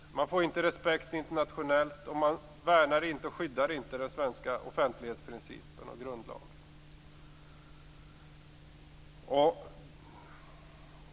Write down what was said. Då får man inte respekt internationellt och värnar inte den svenska offentlighetsprincipen och grundlagen.